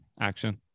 action